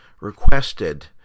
requested